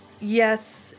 Yes